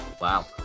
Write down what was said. Wow